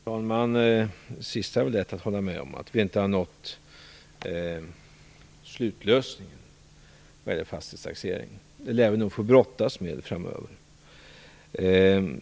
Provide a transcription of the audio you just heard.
Fru talman! Det sista är lätt att hålla med om. Vi har inte nått slutlösningen vad gäller fastighetstaxeringen. Den frågan lär vi nog få brottas med framöver.